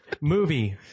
movie